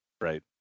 Right